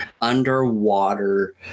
underwater